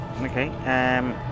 Okay